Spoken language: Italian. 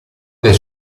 del